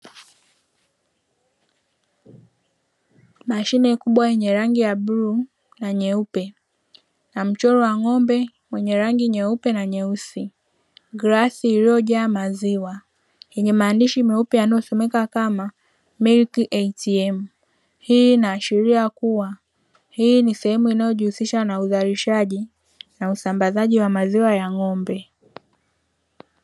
Mashine kubwa yenye rangi ya buluu na nyeupe, na mchoro wa ng'ombe mwenye rangi nyeupe na nyeusi, glasi iliyojaa maziwa, yenye maandishi meupe yanayosomeka kama “Milk ATM”. Hii inaashiria kuwa hii ni sehemu inayojihusisha na uzalishaji na usambazaji wa maziwa ya ng'ombe.